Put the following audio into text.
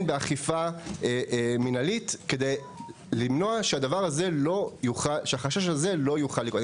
באכיפה מנהלית כדי לוודא שזה לא יוכל לקרות.